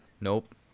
Nope